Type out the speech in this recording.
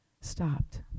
stopped